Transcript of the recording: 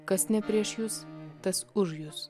kas ne prieš jus tas už jus